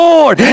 Lord